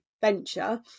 venture